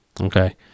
Okay